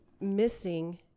missing